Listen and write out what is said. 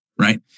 right